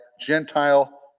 Gentile